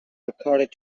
recorded